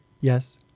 Yes